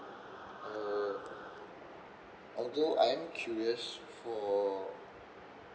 uh although I'm curious for